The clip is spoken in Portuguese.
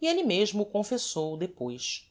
e elle mesmo o confessou depois